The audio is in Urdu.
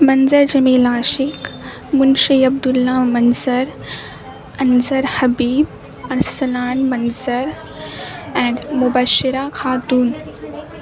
منظر جمیل عاشق منشی عبد اللہ منظر انصر حبیب ارسلان منظر اینڈ مبشرہ خاتون